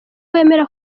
wemera